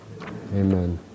Amen